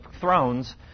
thrones